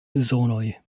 zonoj